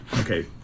Okay